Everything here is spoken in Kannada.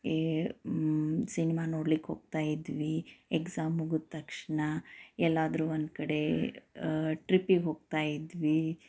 ಈ ಸಿನಿಮಾ ನೋಡ್ಲಿಕ್ಕೆ ಹೋಗ್ತಾ ಇದ್ವಿ ಎಕ್ಸಾಮ್ ಮುಗಿದ ತಕ್ಷಣ ಎಲ್ಲಾದರೂ ಒಂದು ಕಡೆ ಟ್ರಿಪ್ಪಿಗೆ ಹೋಗ್ತಾ ಇದ್ವಿ